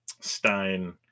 Stein